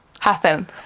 Happen